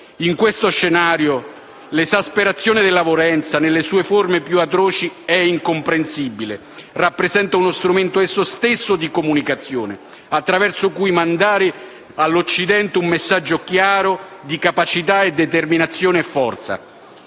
In questo scenario l'esasperazione della violenza, nelle sue forme più atroci e incomprensibili, rappresenta uno strumento esso stesso di comunicazione, attraverso cui mandare all'Occidente un messaggio chiaro di capacità, determinazione e forza.